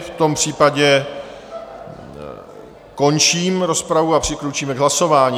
V tom případě končím rozpravu a přikročíme k hlasování.